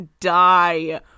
die